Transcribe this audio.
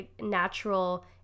natural